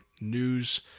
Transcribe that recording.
news